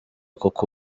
koko